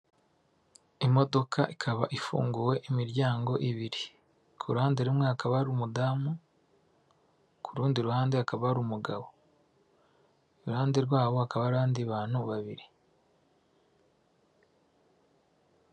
Imodoka ikaba ifunguye imiryango ibiri, ku ruhande rumwe hakaba hari umudamu, ku rundi ruhande hakaba hari umugabo. Iruhande rwabo hakaba hari abandi bantu babiri.